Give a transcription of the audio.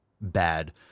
bad